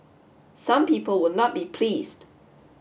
some people will not be pleased